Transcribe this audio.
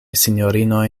sinjorinoj